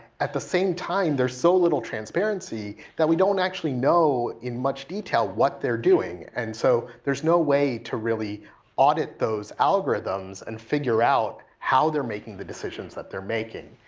at the same time there's so little transparency that we don't actually know in much detail what they're doing. and so there's no way to really audit those algorithms and figure out how they're making the decisions that they're making.